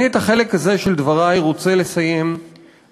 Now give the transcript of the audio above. אני את החלק הזה של דברי רוצה לסיים בהבעת